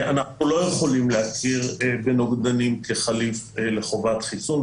אנחנו לא יכולים להכיר בנוגדנים כחליף לחובת חיסון,